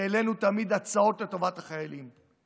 העלינו תמיד הצעות לטובת החיילים.